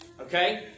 Okay